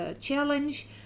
challenge